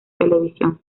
televisión